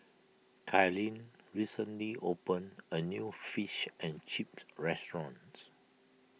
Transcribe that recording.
Kaylynn recently opened a new Fish and Chips restaurants